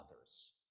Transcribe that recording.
others